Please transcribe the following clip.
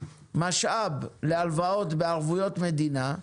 משאב להלוואות בערבויות מדינה,